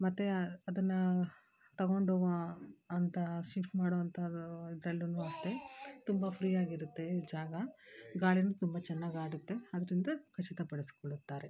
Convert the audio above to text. ಮತ್ತು ಅದನ್ನು ತೊಗೊಂಡೋಗುವ ಅಂಥ ಶಿಫ್ಟ್ ಮಾಡುವಂಥ ಇದ್ರಲ್ಲು ಅಷ್ಟೇ ತುಂಬ ಫ್ರೀಯಾಗಿರುತ್ತೆ ಜಾಗ ಗಾಳಿ ತುಂಬ ಚೆನ್ನಾಗಾಡುತ್ತೆ ಅಂತೆಲ್ಲ ಖಚಿತಪಡಿಸಿಕೊಳ್ಳುತ್ತಾರೆ